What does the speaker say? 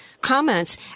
comments